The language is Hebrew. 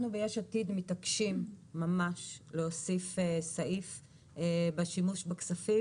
אנחנו ביש עתיד מתעקשים ממש להוסיף סעיף בשימוש בכספים